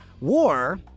War